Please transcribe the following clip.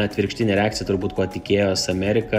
atvirkštinė reakcija turbūt ko tikėjos amerika